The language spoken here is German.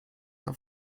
auf